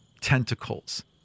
tentacles